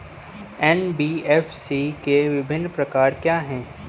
NBFC के विभिन्न प्रकार क्या हैं?